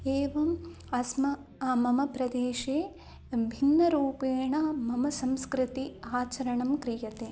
एवम् अस्माकं मम प्रदेशे भिन्नरूपेण मम संस्कृति आचरणं क्रियते